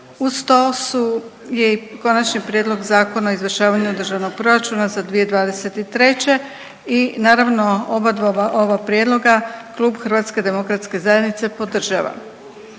Uz to je i Konačni prijedlog Zakona o izvršavanju Državnog proračuna za 2023. I naravno oba dva ova prijedloga klub Hrvatske demokratske zajednice podržava.